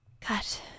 Cut